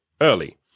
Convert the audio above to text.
early